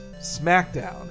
Smackdown